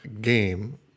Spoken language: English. game